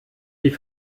die